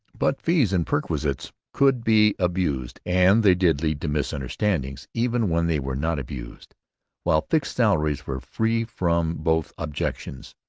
but fees and perquisites could be abused and they did lead to misunderstandings, even when they were not abused while fixed salaries were free from both objections.